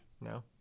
no